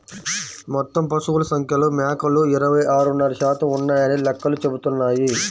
మొత్తం పశువుల సంఖ్యలో మేకలు ఇరవై ఆరున్నర శాతం ఉన్నాయని లెక్కలు చెబుతున్నాయి